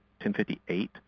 1058